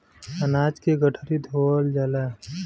अनाज के गठरी धोवल जाला